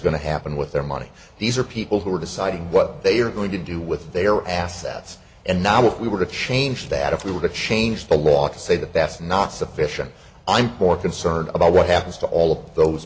going to happen with their money these are people who are deciding what they are going to do with their assets and now if we were to change that if we were to change the law to say that that's not sufficient i'm more concerned about what happens to all of those